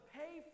pay